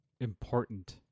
important